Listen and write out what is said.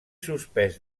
suspès